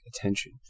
attention